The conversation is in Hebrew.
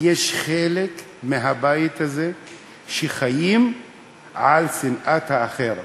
חלק מהבית הזה חיים על שנאת האחר.